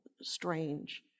strange